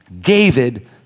David